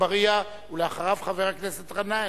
חבר הכנסת אגבאריה,